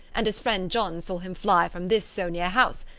and as friend john saw him fly from this so near house,